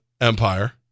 Empire